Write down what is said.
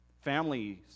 Families